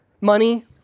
money